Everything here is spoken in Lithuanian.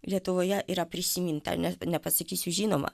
lietuvoje yra prisimint ane nepasakysiu žinoma